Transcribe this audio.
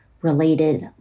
related